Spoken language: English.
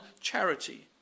charity